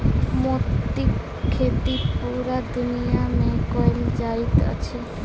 मोतीक खेती पूरा दुनिया मे कयल जाइत अछि